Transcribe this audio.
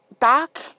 Doc